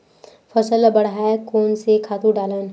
फसल ल बढ़ाय कोन से खातु डालन?